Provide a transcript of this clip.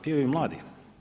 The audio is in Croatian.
Piju i mladi.